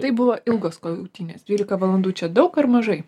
tai buvo ilgos kautynės dvylika valandų čia daug ar mažai